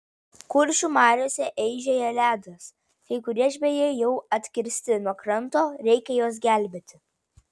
kuršių mariose eižėja ledas kai kurie žvejai jau atkirsti nuo kranto reikia juos gelbėti